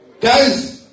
Guys